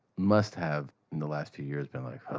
must have, in the last few years, been like,